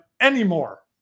anymore